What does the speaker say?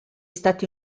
stati